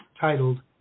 titled